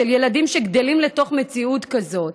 של ילדים שגדלים לתוך מציאות כזאת,